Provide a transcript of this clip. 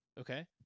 Okay